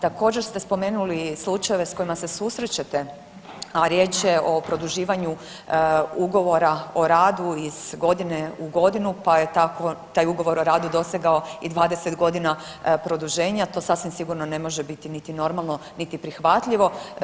Također ste spomenuli i slučajeve s kojima se susrećete, a riječ je o produživanju ugovora o radu iz godine u godinu, pa je tako taj ugovor o radu dosegao i 20.g. produženja, to sasvim sigurno ne može biti niti normalno niti prihvatljivo.